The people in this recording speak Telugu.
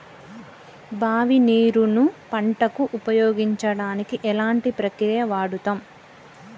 బావి నీరు ను పంట కు ఉపయోగించడానికి ఎలాంటి ప్రక్రియ వాడుతం?